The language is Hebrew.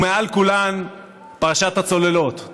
ומעל כולן פרשת הצוללות,